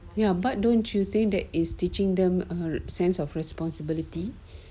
ya but don't you think that is teaching them a sense of responsibility